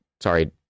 sorry